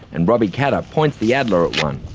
and robbie katter points the adler at one.